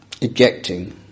ejecting